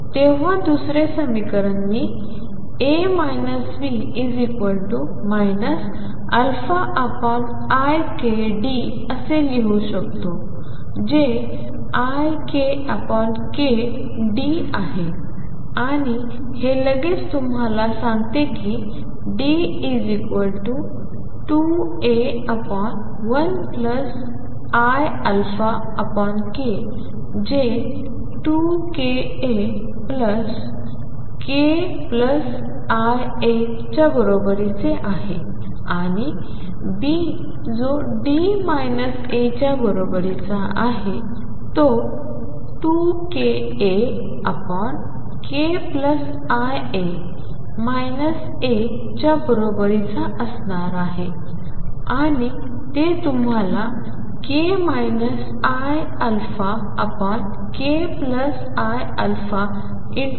तेव्हा दुसरे समीकरण मी A B ikD असे लिहू शकतो जे iαkD आहे आणि हे लगेच तुम्हाला सांगते की D2A1iαk जे 2kAkiα च्या बरोबरीचे आहे आणि B जो D A च्या बरोबरीचा आहे तो 2kAkiα A च्या बरोबरीचा असणार आहे आणि ते तुम्हाला k iαkiα A